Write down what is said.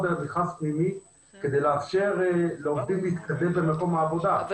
למכרז פנימי כדי לאפשר לעובדים להתקדם במקום העבודה ולתת להם עדיפות.